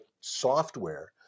software